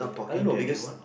I don't know because